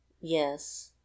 yes